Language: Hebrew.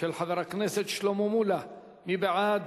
של חבר הכנסת שלמה מולה, מי בעד,